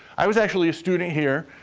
i was actually a student here.